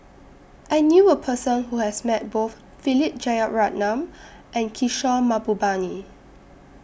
I knew A Person Who has Met Both Philip Jeyaretnam and Kishore Mahbubani